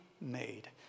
made